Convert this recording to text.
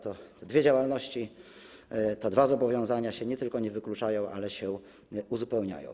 Te dwie działalności, te dwa zobowiązania nie tylko się nie wykluczają, ale się uzupełniają.